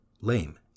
lame